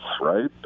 right